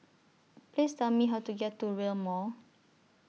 Please Tell Me How to get to Rail Mall